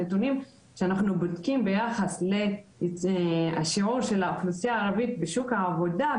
הנתונים שאנחנו בודקים ביחס לשיעור האוכלוסייה הערבית בשוק העבודה,